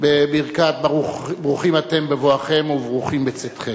בברכת ברוכים אתם בבואכם וברוכים בצאתכם.